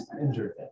injured